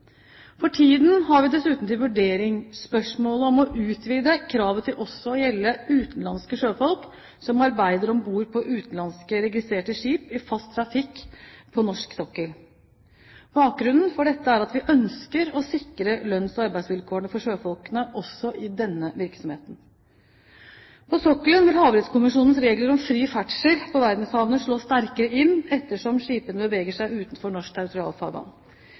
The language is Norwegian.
For tiden har vi dessuten til vurdering spørsmålet om å utvide kravet til også å gjelde utenlandske sjøfolk som arbeider om bord på utenlandsk registrerte skip i fast trafikk på norsk sokkel. Bakgrunnen for dette er at vi ønsker å sikre lønns- og arbeidsvilkårene for sjøfolkene også i denne virksomheten. På sokkelen vil Havrettskonvensjonens regler om fri ferdsel på verdenshavene slå sterkere inn, ettersom skipene beveger seg utenfor norsk territorialfarvann.